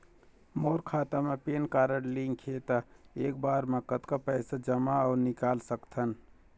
मोर खाता मा PAN card link हे ता एक बार मा कतक पैसा जमा अऊ निकाल सकथन?